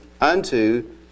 unto